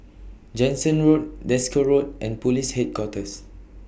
Jansen Road Desker Road and Police Headquarters